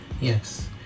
Yes